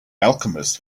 alchemist